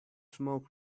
smoke